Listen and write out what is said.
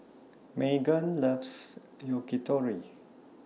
Meggan loves Yakitori